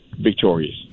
victorious